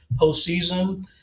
postseason